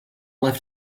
left